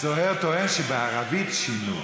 זוהיר טוען שבערבית שינו.